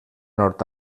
nord